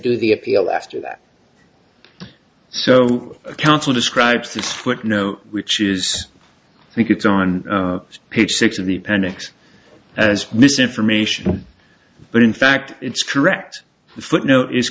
do the appeal after that so council describes this footnote which is i think it's on page six of the pentagon as misinformation but in fact it's correct the footnote is